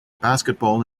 basketball